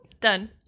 Done